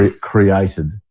created